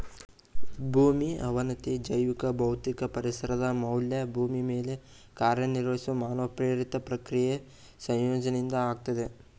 ಭೂಮಿ ಅವನತಿ ಜೈವಿಕ ಭೌತಿಕ ಪರಿಸರದ ಮೌಲ್ಯ ಭೂಮಿ ಮೇಲೆ ಕಾರ್ಯನಿರ್ವಹಿಸುವ ಮಾನವ ಪ್ರೇರಿತ ಪ್ರಕ್ರಿಯೆ ಸಂಯೋಜನೆಯಿಂದ ಆಗ್ತದೆ